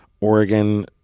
Oregon